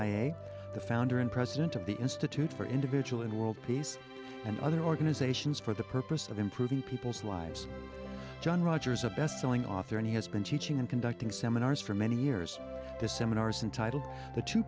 i e the founder and president of the institute for individual and world peace and other organizations for the purpose of improving people's lives john rogers a bestselling author and he has been teaching and conducting seminars for many years the seminars and titled the two